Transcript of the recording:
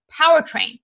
powertrain